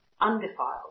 undefiled